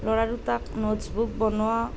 ল'ৰা দুটাক notes book বনোৱাত